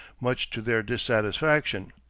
much to their dissatisfaction.